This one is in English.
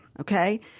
Okay